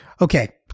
Okay